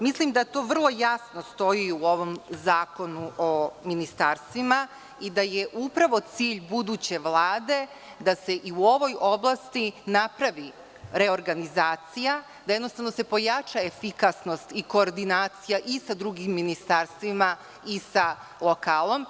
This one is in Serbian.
Mislim da to vrlo jasno stoji u ovom Zakonu o ministarstvima i da je upravo cilj buduće Vlade da se i u ovoj oblasti napravi reorganizacija, da se jednostavno pojača efikasnost i koordinacija i sa drugim ministarstvima i sa lokalom.